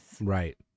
right